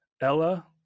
Ella